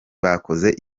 bakoze